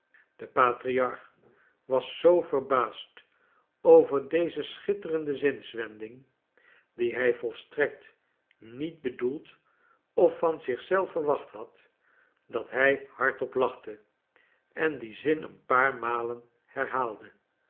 de patriarch was zoo verbaasd over deze schitterende zinswending die hij volstrekt niet bedoeld of van zich zelf verwacht had dat hij hardop lachte en dien zin een paar malen herhaalde